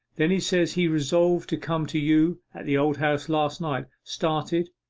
then he says he resolved to come to you at the old house last night started,